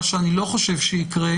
מה שאני לא חושב שיקרה,